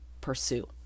pursue